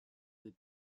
des